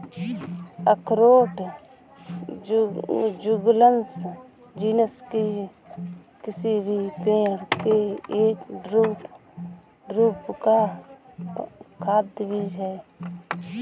अखरोट जुगलन्स जीनस के किसी भी पेड़ के एक ड्रूप का खाद्य बीज है